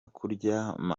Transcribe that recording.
kuryama